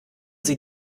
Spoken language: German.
sie